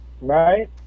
right